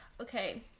Okay